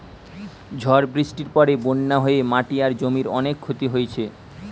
ঝড় বৃষ্টির পরে বন্যা হয়ে মাটি আর জমির অনেক ক্ষতি হইছে